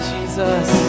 Jesus